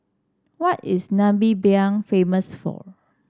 what is Namibia famous for